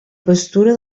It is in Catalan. pastura